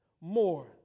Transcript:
more